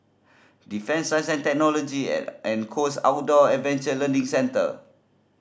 Defence Science and Technology and Coast Outdoor Adventure Learning Centre